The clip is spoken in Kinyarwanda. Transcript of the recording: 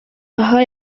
aha